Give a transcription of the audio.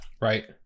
Right